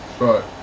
Right